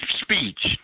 speech